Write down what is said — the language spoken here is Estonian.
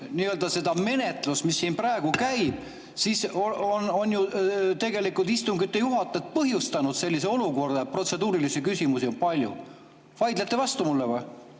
nii-öelda seda menetlust, mis siin praegu käib, siis on ju tegelikult istungite juhatajad põhjustanud sellise olukorra, et protseduurilisi küsimusi on palju. Vaidlete vastu mulle või?